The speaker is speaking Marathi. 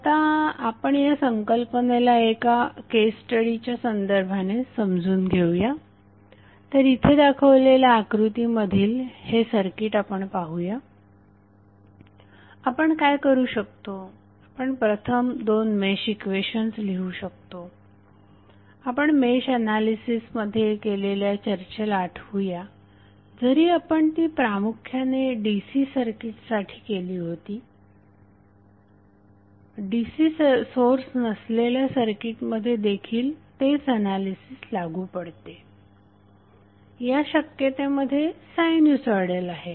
आता आपण या संकल्पनेला एका केस स्टडी च्या संदर्भाने समजून घेऊया तर इथे दाखवलेल्या आकृतीमधील हे सर्किट आपण पाहूया आपण काय करू शकतो आपण प्रथम दोन मेश इक्वेशन्स लिहू शकतो आपण मेश एनालिसिस मध्ये केलेल्या चर्चेला आठवूया जरी आपण ती प्रामुख्याने DC सर्किटसाठी केली होती DC सोर्स नसलेल्या सर्किटमध्ये देखील तेच एनालिसिस लागू पडते या शक्यतेमध्ये सायन्यूसायडल आहे